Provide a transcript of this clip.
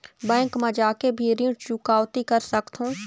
Bank मा जाके भी ऋण चुकौती कर सकथों?